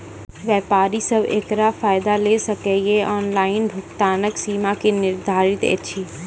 व्यापारी सब एकरऽ फायदा ले सकै ये? ऑनलाइन भुगतानक सीमा की निर्धारित ऐछि?